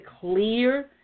clear